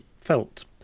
felt